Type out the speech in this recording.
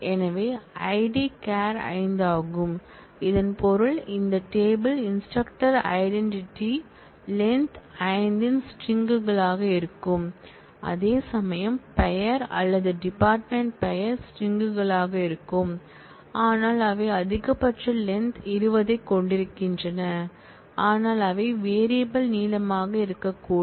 எனவே ID char 5 ஆகும் இதன் பொருள் இந்த டேபிள் இன்ஸ்ட்ரக்டர் ஐடென்டிட்டி லென்த் 5 இன் ஸ்ட்ரிங்களாக இருக்கும் அதேசமயம் பெயர் அல்லது டிபார்ட்மென்ட் பெயர் ஸ்ட்ரிங்களாக இருக்கும் ஆனால் அவை அதிகபட்ச லென்த் 20 ஐக் கொண்டிருக்கின்றன ஆனால் அவை வேறியபல் நீளமாக இருக்கக்கூடும்